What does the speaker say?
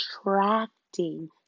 attracting